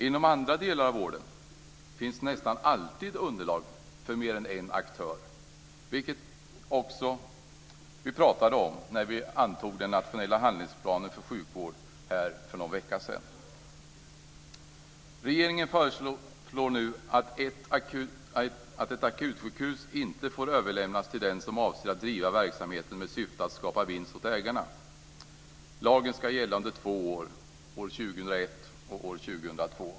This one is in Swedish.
Inom andra delar av vården finns det nästan alltid underlag för mer än en aktör, vilket vi också pratade om när vi antog den nationella handlingsplanen för sjukvård här för någon vecka sedan. Regeringen föreslår nu att ett akutsjukhus inte får överlämnas till den som avser att driva verksamheten med syfte att skapa vinst åt ägarna. Lagen ska gälla under två år, år 2001 och år 2002.